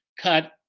cut